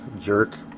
jerk